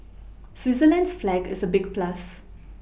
Switzerland's flag is a big plus